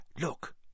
look